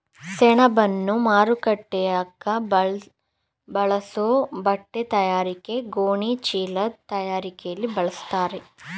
ಸೆಣಬನ್ನು ಮೂಟೆಕಟ್ಟೋಕ್ ಬಳಸೋ ಬಟ್ಟೆತಯಾರಿಕೆ ಗೋಣಿಚೀಲದ್ ತಯಾರಿಕೆಲಿ ಬಳಸ್ತಾರೆ